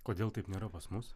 kodėl taip nėra pas mus